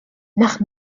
nach